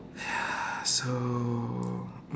ya so